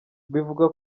bivugwa